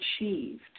achieved